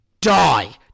die